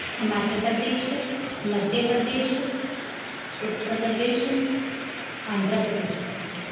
Himachal Pradesh Madhya Pradesh Uttar Pradesh Andhra Pradesh